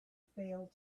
failed